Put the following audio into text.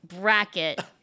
bracket